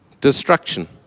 destruction